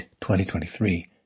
2023